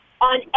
on